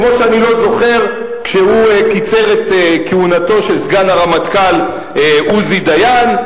כמו שאני לא זוכר זאת כשהוא קיצר את כהונתו של סגן הרמטכ"ל עוזי דיין,